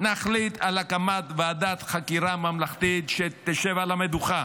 נחליט על הקמת ועדת חקירה ממלכתית שתשב על המדוכה